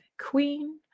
queen